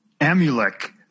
Amulek